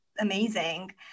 amazing